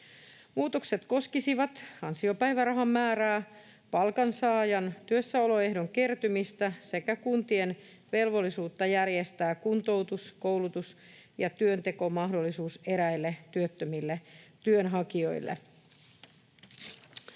Muutokset koskisivat ansiopäivärahan määrää, palkansaajan työssäoloehdon kertymistä sekä kuntien velvollisuutta järjestää kuntoutus‑, koulutus- ja työntekomahdollisuus eräille työttömille työnhakijoille.